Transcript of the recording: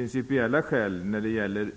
När det gäller